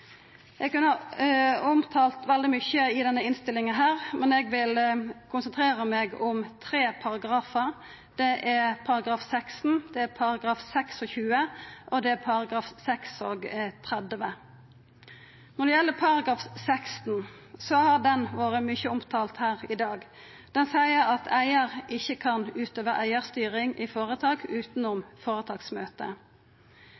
veldig mykje som er omtalt i denne innstillinga, men eg vil konsentrera meg om tre paragrafar. Det er § 16, det er § 26, og det er § 36. Når det gjeld § 16, har han vore mykje omtalt her i dag. Han seier: «Eier kan ikke utøve eierstyring i